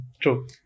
True